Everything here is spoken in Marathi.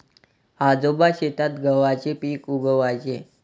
आजोबा शेतात गव्हाचे पीक उगवयाचे